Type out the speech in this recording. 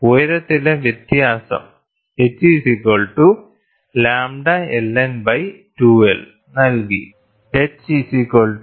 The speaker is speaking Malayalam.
ഉയരത്തിലെ വ്യത്യാസം h λLN2l നൽകി h 0